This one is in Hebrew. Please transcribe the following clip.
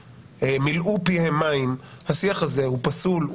אותם אנשים מילאו פיהם מים - השיח הזה הוא פסול,